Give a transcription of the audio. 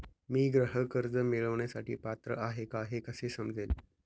मी गृह कर्ज मिळवण्यासाठी पात्र आहे का हे कसे समजेल?